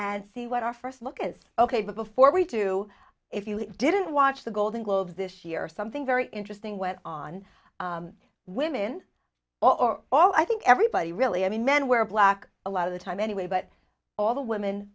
and see what our first look is ok before we do if you didn't watch the golden globes this year something very interesting went on women all or all i think everybody really i mean men wear black a lot of the time anyway but all the women